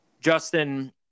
Justin